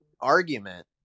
argument